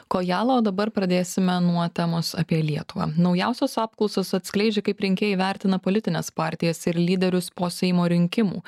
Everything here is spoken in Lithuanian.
kojala o dabar pradėsime nuo temos apie lietuvą naujausios apklausos atskleidžia kaip rinkėjai vertina politines partijas ir lyderius po seimo rinkimų